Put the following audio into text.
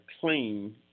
clean